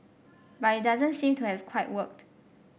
but it doesn't seem to have quite worked